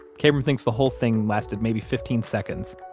kabrahm thinks the whole thing lasted maybe fifteen seconds.